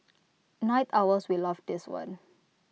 night owls will love this one